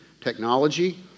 technology